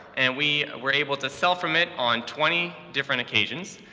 and we were able to sell from it on twenty different occasions.